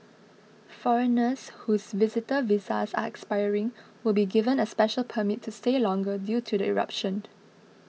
foreigners whose visitor visas expiring will be given a special permit to stay longer due to the eruption